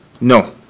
No